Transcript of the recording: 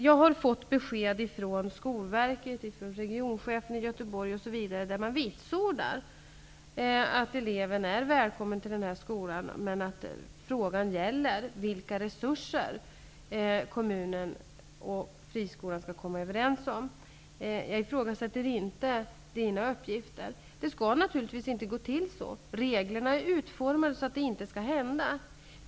Jag har fått besked från Skolverket, från regionchefen i Göteborg osv., där man vitsordar att eleven är välkommen till den skola som hon har valt men att frågan gäller vilka resurser kommunen och friskolan skall komma överens om. Jag ifrågasätter inte Inga-Britt Johanssons uppgifter, men det skall naturligtvis inte gå till så som hon skildrar att det har gjort. Reglerna är utformade så att det inte skall hända.